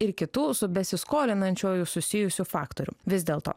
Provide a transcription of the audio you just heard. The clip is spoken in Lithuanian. ir kitų su besiskolinančiųjų susijusių faktorių vis dėlto